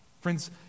Friends